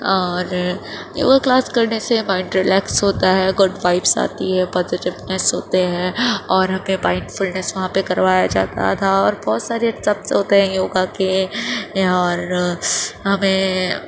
اور یوگا کلاس کرنے سے مائنڈ ریلکس ہوتا ہے گڈ وائبس آتی ہے پازیٹبنس ہوتے ہیں اور ہمیں وائب فٹنس وہاں پہ کروایا جاتا تھا اور بہت سارے اسٹپ ہوتے ہیں یوگا کے اور ہمیں